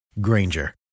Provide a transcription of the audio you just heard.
Granger